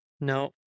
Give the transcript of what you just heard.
No